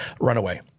Runaway